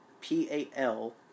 P-A-L